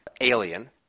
alien